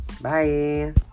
Bye